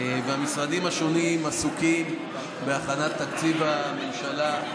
והמשרדים השונים עסוקים בהכנת תקציב הממשלה.